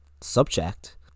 subject